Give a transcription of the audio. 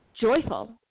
joyful